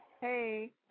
Hey